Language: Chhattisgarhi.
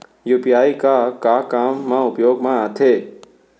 यू.पी.आई का का काम मा उपयोग मा आथे?